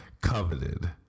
coveted